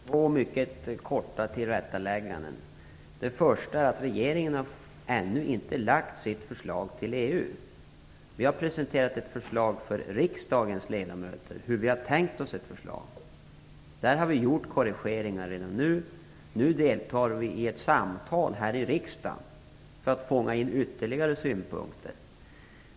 Fru talman! Jag vill göra två mycket korta tillrättalägganden. För det första: Regeringen har ännu inte lagt fram sitt förslag till EU. Vi har presenterat ett förslag för riksdagens ledamöter om hur vi har tänkt oss ett förslag till EU. Vi har i detta förslag redan nu gjort korrigeringar. Nu deltar vi i ett samtal här i riksdagen för att fånga in ytterligare synpunkter.